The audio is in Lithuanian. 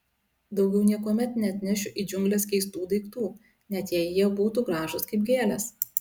daugiau niekuomet neatnešiu į džiungles keistų daiktų net jei jie būtų gražūs kaip gėlės